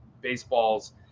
baseballs